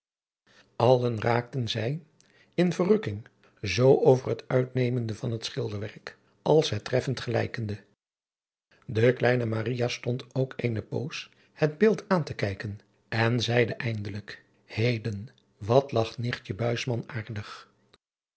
geraakten zij in verrukking zoo over het uitnemende van het schilderwerk als het treffend gelijkende e kleine stond ook eene poos het beeld aan te kijken en zeide eindelijk eden wat lacht